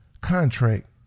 contract